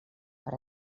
per